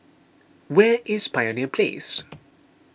where is Pioneer Place